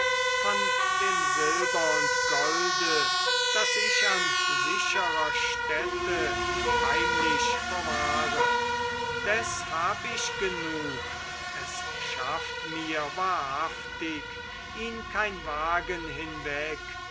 von dem silber und golde das ich an sicherer stätte heimlich verwahre des hab ich genug es schafft mir wahrhaftig ihn kein wagen hinweg